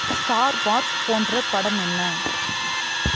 star Wars போன்ற படம் என்ன